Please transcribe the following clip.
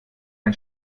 ein